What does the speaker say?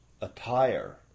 attire